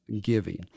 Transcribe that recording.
giving